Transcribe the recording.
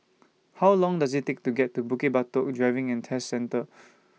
How Long Does IT Take to get to Bukit Batok Driving and Test Centre